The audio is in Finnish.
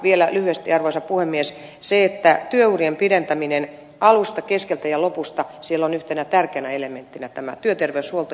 vielä lyhyesti arvoisa puhemies se että työurien pidentämisessä alusta keskeltä ja lopusta on yhtenä tärkeänä elementtinä tämä työterveyshuolto